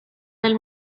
del